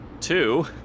Two